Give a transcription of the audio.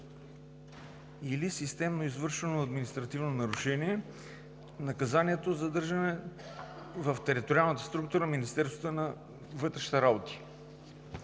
или системно извършвано административно нарушение, и наказанието задържане в териториална структура на Министерството на вътрешните работи